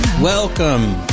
Welcome